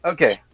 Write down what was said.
Okay